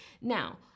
now